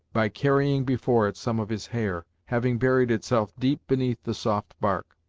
by carrying before it some of his hair, having buried itself deep beneath the soft bark.